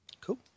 cool